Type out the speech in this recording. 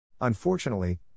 Unfortunately